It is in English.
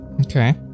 Okay